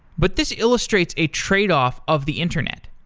but this illustrates a tradeoff of the internet.